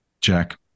Jack